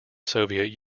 soviet